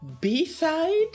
B-side